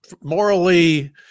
morally